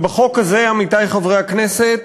בחוק הזה, עמיתי חברי הכנסת,